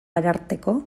ararteko